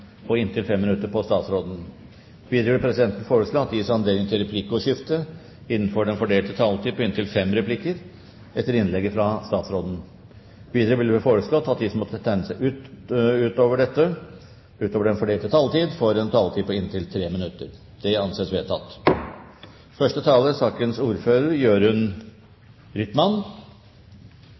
og inntil 5 minutter til statsråden. Videre vil presidenten foreslå at det gis anledning til replikkordskifte på inntil fem replikker med svar etter innlegget fra statsråden innenfor den fordelte taletid. Videre blir det foreslått at de som måtte tegne seg på talerlisten utover den fordelte taletid, får en taletid på inntil 3 minutter. – Det anses vedtatt.